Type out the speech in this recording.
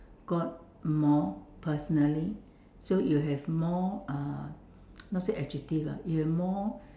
God more personally so you have more uh not say adjective lah you have more